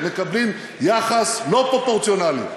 מקבלים יחס לא פרופורציונלי,